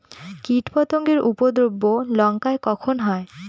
কীটপতেঙ্গর উপদ্রব লঙ্কায় কখন হয়?